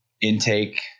intake